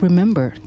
Remember